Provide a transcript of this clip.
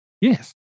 Yes